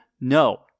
No